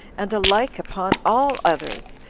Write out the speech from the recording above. and alike upon all others,